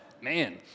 Man